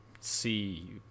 see